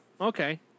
Okay